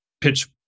pitch